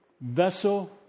vessel